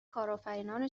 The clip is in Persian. کارآفرینان